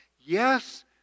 Yes